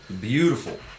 Beautiful